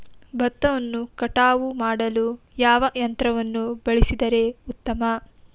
ಭತ್ತವನ್ನು ಕಟಾವು ಮಾಡಲು ಯಾವ ಯಂತ್ರವನ್ನು ಬಳಸಿದರೆ ಉತ್ತಮ?